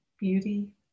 beauty